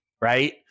right